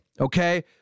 Okay